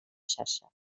xarxa